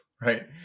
Right